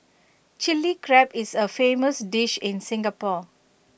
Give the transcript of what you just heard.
Chilli Crab is A famous dish in Singapore